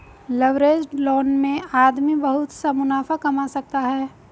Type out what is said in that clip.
leveraged loan में आदमी बहुत सा मुनाफा कमा सकता है